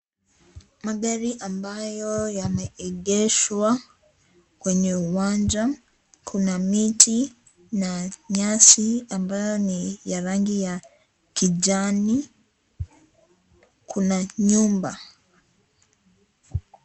Magari ambayo yameegeshwa kwenye uwanja, kuna miti na nyasi ambayo ni ya rangi ya kijani. Kuna nyumba.